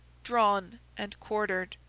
drawn, and quartered.